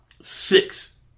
six